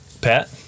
Pat